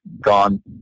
gone